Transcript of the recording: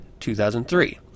2003